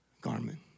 garment